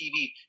TV